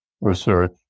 research